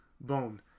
bone